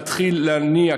להתחיל להניע.